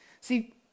See